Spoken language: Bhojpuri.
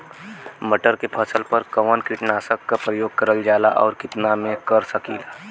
मटर के फसल पर कवन कीटनाशक क प्रयोग करल जाला और कितना में कर सकीला?